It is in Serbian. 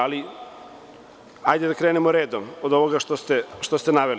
Ali, hajde da krenemo redom od onoga što ste naveli.